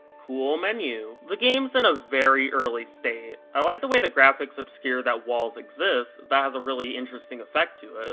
cool menu! the game's in a very early state. i like the way the graphics obscure that walls exist, that has a really interesting effect to it.